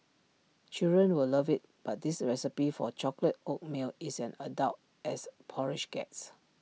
children will love IT but this recipe for A chocolate oatmeal is an adult as porridge gets